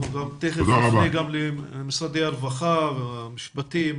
אנחנו תיכף נפנה גם למשרדי הרווחה והמשפטים,